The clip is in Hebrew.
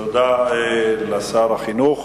תודה לשר החינוך